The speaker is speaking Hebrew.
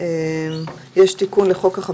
זה יאפשר כאמור את